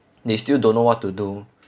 they still don't know what to do